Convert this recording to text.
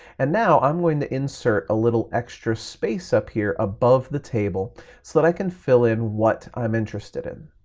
and now i'm going to insert a little extra space up here above the table so that i can fill in what i'm interested in.